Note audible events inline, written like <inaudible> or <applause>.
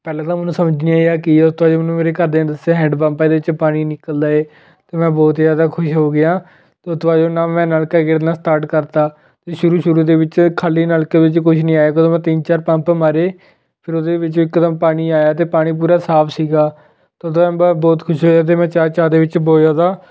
ਪਹਿਲਾਂ ਤਾਂ ਮੈਨੂੰ ਸਮਝ ਨਹੀਂ ਆਇਆ ਕੀ ਆ ਉਸ ਤੋਂ ਬਾਅਦ ਮੈਨੂੰ ਮੇਰੇ ਘਰਦਿਆਂ ਨੇ ਦੱਸਿਆ ਹੈਂਡ ਪੰਪ ਆ ਇਹਦੇ 'ਚ ਪਾਣੀ ਨਿਕਲਦਾ ਏ ਅਤੇ ਮੈਂ ਬਹੁਤ ਜ਼ਿਆਦਾ ਖੁਸ਼ ਹੋ ਗਿਆ ਅਤੇ ਉਹ ਤੋਂ <unintelligible> ਮੈਂ ਨਲਕਾ ਗੇੜਨਾ ਸਟਾਰਟ ਕਰਤਾ ਸ਼ੁਰੂ ਸ਼ੁਰੂ ਦੇ ਵਿੱਚ ਖਾਲੀ ਨਲਕੇ ਵਿੱਚ ਕੁਛ ਨਹੀਂ ਆਇਆ ਜਦੋਂ ਮੈਂ ਤਿੰਨ ਚਾਰ ਪੰਪ ਮਾਰੇ ਫਿਰ ਉਹਦੇ ਵਿੱਚ ਇੱਕਦਮ ਪਾਣੀ ਆਇਆ ਅਤੇ ਪਾਣੀ ਪੂਰਾ ਸਾਫ਼ ਸੀਗਾ ਅਤੇ <unintelligible> ਬਹੁਤ ਖੁਸ਼ ਹੋਇਆ ਅਤੇ ਮੈਂ ਚਾਅ ਚਾਅ ਦੇ ਵਿੱਚ ਬਹੁਤ ਜ਼ਿਆਦਾ